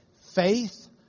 faith